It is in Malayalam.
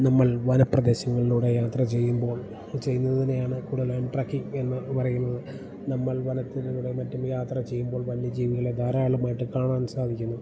നമ്മൾ വനപ്രദേശങ്ങളിലൂടെ യാത്ര ചെയ്യുമ്പോൾ ചെയ്യുന്നതിനെയാണ് കൂടുതലും ട്രക്കിംഗ് എന്ന് പറയുന്നത് നമ്മൾ വനത്തിലൂടെ മറ്റും യാത്ര ചെയ്യുമ്പോൾ വന്യ ജീവികളെ ധാരാളമായിട്ട് കാണാൻ സാധിക്കുന്നു